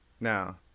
now